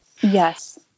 yes